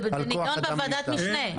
זה נדון בוועדת משנה.